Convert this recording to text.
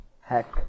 heck